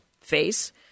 face